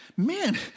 Man